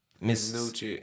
Miss